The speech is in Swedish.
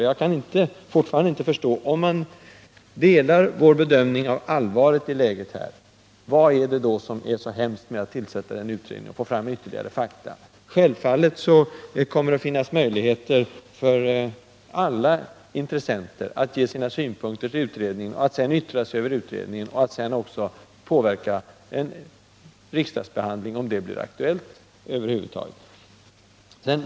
Och jag kan fortfarande inte förstå: Om man delar vår bedömning av allvaret i läget — vad är det då som är så hemskt med att tillsätta en utredning och få fram ytterligare fakta? Självfallet kommer det att finnas möjligheter för alla intressenter att ge sina synpunkter på utredningen, att yttra sig över den och att sedan också påverka en riksdagsbehandling, om det blir aktuellt.